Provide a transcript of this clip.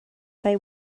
they